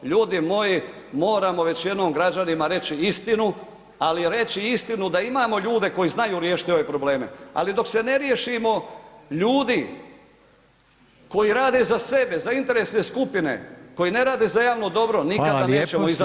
Ljudi moji, moramo već jednom građanima reći istinu, ali reći istinu da imamo ljude koji znaju riješiti ove probleme, ali dok se ne riješimo ljudi koji rade za sebe, za interesne skupine, koji ne rade za javno dobro [[Upadica Reiner: Hvala lijepa, sljedeća…]] nikada nećemo izaći iz toga.